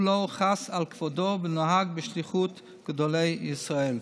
הוא לא חס על כבודו ונהג בשליחות גדולי ישראל.